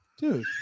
Dude